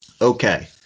Okay